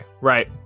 right